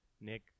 Nick